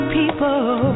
people